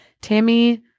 Tammy